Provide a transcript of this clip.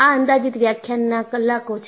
આ અંદાજિત વ્યાખ્યાનના કલાકો છે